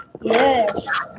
Yes